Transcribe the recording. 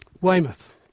Weymouth